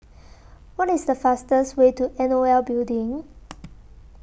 What IS The fastest Way to N O L Building